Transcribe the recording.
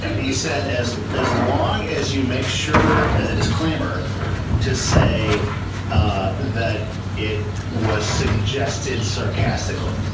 and he said, as as long as you make sure as a disclaimer to say ah that it was suggested sarcastically.